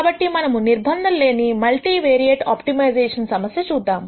కాబట్టి మనము నిర్బంధము లేని మల్టీవేరియేట్ ఆప్టిమైజేషన్ సమస్యను చూద్దాం